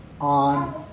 on